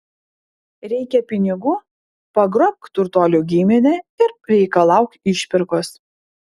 reikia pinigų pagrobk turtuolio giminę ir reikalauk išpirkos